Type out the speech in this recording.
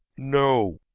no,